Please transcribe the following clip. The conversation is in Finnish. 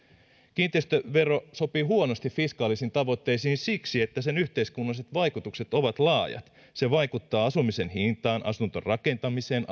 kiinteistövero sopii huonosti fiskaalisiin tavoitteisiin siksi että sen yhteiskunnalliset vaikutukset ovat laajat se vaikuttaa asumisen hintaan asuntorakentamiseen